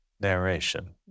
narration